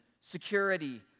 security